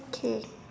okay